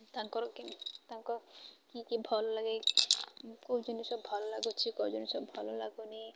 ତାଙ୍କର କି ତାଙ୍କ କି କି ଭଲଲାଗେ କେଉଁ ଜିନିଷ ଭଲ ଲାଗୁଛି କେଉଁ ଜିନିଷ ଭଲ ଲାଗୁନି